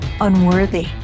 unworthy